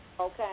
Okay